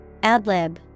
Adlib